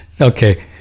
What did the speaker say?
Okay